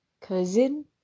cousin